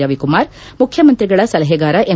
ರವಿಕುಮಾರ್ ಮುಖ್ಯಮಂತ್ರಿಗಳ ಸಲಹೆಗಾರ ಎಂ